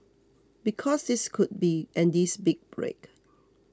because this could be Andy's big break